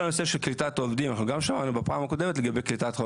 בנושא הביומטרי, ברור לכולנו שיש